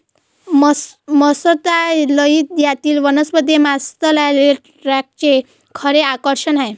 मत्स्यालयातील वनस्पती हे मत्स्यालय टँकचे खरे आकर्षण आहे